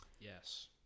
Yes